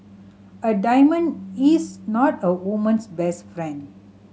a diamond is not a woman's best friend